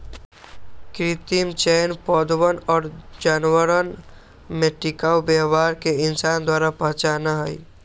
कृत्रिम चयन पौधवन और जानवरवन में टिकाऊ व्यवहार के इंसान द्वारा पहचाना हई